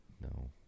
no